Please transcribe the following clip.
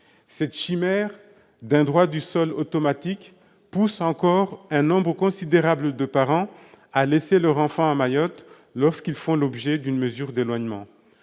Cette chimère d'un droit du sol automatique pousse encore un nombre considérable de parents à laisser leur enfant à Mayotte lorsqu'ils font l'objet d'une mesure d'éloignement.